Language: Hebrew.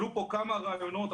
עלו פה כמה רעיונות.